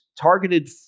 targeted